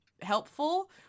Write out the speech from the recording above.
Helpful